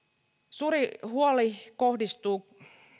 suuri huoli kohdistuu